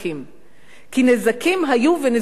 כי נזקים היו, ונזקים חמורים.